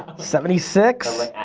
seventy six.